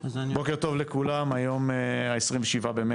בוקר טוב לכולם, היום ה-27.3.2023,